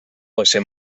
josé